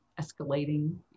escalating